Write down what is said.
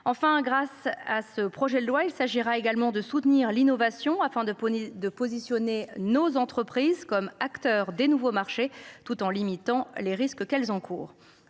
Enfin, ce projet de loi permettra également de soutenir l’innovation, afin de positionner nos entreprises comme acteurs des nouveaux marchés, tout en limitant les risques qu’elles encourent.